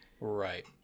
right